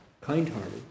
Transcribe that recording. kind-hearted